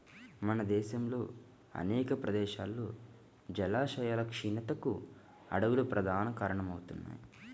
మన దేశంలో అనేక ప్రదేశాల్లో జలాశయాల క్షీణతకు అడవులు ప్రధాన కారణమవుతున్నాయి